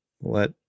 let